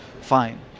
Fine